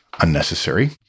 unnecessary